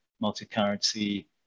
multi-currency